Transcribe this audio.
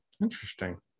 Interesting